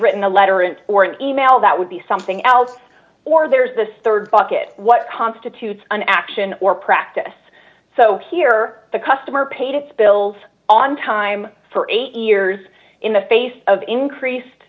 written a letter in or an email that would be something else or there's this rd bucket what constitutes an action or practice here the customer paid its bills on time for eight years in the face of increased